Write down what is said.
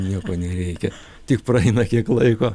nieko nereikia tik praeina kiek laiko